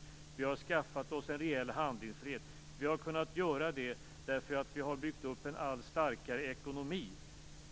Vi i Sverige har skaffat oss en rejäl handlingsfrihet, och det har vi kunnat göra därför att vi har byggt upp en allt starkare ekonomi.